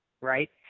right